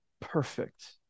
perfect